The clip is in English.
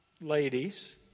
ladies